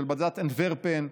של בד"ץ אנטוורפן,